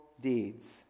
deeds